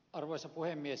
arvoisa puhemies